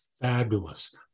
Fabulous